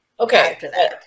Okay